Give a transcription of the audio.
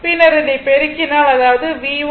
பின்னர் இதை பெருக்கினால் அதாவதுxஆக இருக்கும்